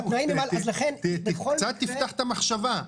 קצת תפתח את המחשבה.